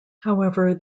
however